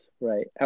right